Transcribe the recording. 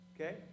Okay